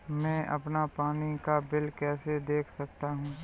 मैं अपना पानी का बिल कैसे देख सकता हूँ?